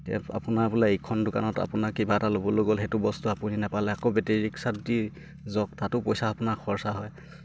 এতিয়া আপোনাৰ বোলে এইখন দোকানত আপোনাৰ কিবা এটা ল'বলৈ গ'ল সেইটো বস্তু আপুনি নেপালে আকৌ বেটেৰী ৰিক্সাত দি যক তাতো পইচা আপোনাৰ খৰচা হয়